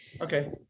Okay